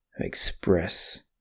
express